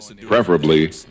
preferably